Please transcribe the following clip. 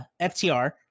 FTR